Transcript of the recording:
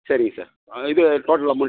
சரிங்க சார் இது total amount